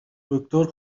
دکتر